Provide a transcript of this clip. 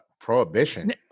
Prohibition